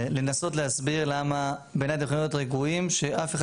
לנסות להסביר למה בעיניי אתם יכולים להיות רגועים שאף אחד